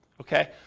Okay